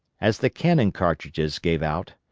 as the cannon cartridges gave out,